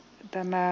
kiitoksia